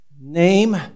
Name